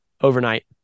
overnight